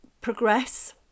progress